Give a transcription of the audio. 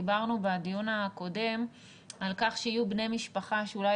דיברנו בדיון הקודם על כך שיהיו בני משפחה שאולי